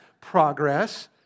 progress